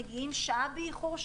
הם מגיעים שעה באיחור,